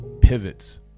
pivots